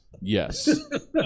Yes